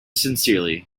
sincerely